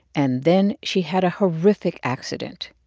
and then she had a horrific accident.